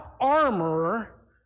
armor